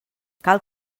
cal